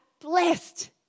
blessed